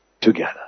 together